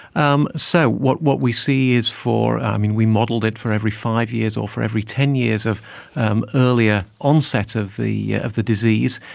um so what what we see is for, we modelled it for every five years or for every ten years of um earlier onset of the of the disease,